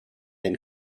den